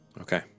Okay